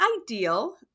ideal